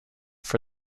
for